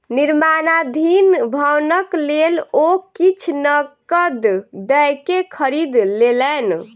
निर्माणाधीन भवनक लेल ओ किछ नकद दयके खरीद लेलैन